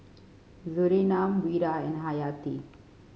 Surinam Wira and Hayati